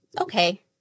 Okay